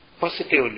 positively